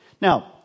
Now